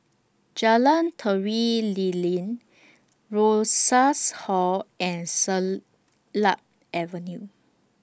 Jalan Tari Lilin Rosas Hall and Avenue